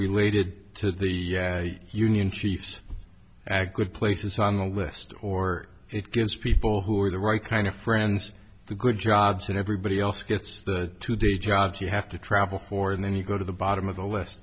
we laded to the union chiefs agood places on the list or it gives people who are the right kind of friends the good jobs and everybody else gets the two day jobs you have to travel for and then you go to the bottom of the list